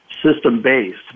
system-based